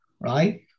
right